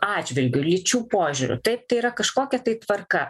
atžvilgiu lyčių požiūriu taip tai yra kažkokia tai tvarka